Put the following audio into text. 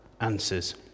answers